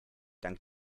dank